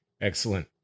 Excellent